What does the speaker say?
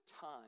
time